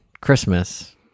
christmas